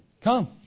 Come